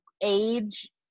age